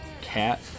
cat